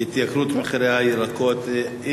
התייקרות מחירי הירקות.